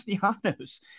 castellanos